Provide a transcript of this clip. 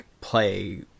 play